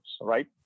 right